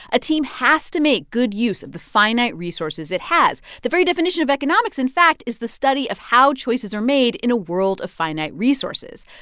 a team has to make good use of the finite resources it has. the very definition of economics, in fact, is the study of how choices are made in a world of finite resources.